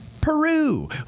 Peru